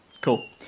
Cool